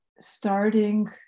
Starting